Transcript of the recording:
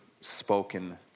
spoken